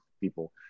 people